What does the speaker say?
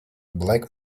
black